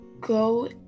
go